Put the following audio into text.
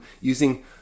using